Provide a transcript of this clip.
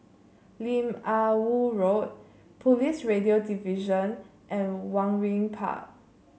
Lim Ah Woo Road Police Radio Division and Waringin Park